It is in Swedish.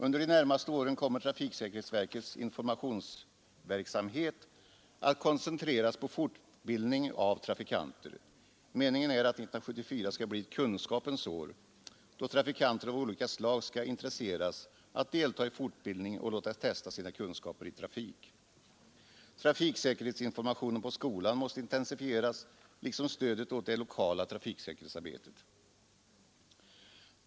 Under de närmaste åren kommer trafiksäkerhetsverkets informationsverksamhet att koncentreras på fortbildning av trafikanter. Meningen är att 1974 skall bli ett kunskapens år då trafikanter av olika slag skall intresseras att delta i fortbildning och låta testa sina kunskaper i trafik. Trafiksäkerhetsinformationen i skolan måste intensifieras liksom stödet åt det lokala trafiksäkerhetsarbetet.